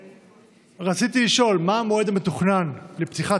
רציתי לשאול: 1. מהו המועד המתוכנן לפתיחת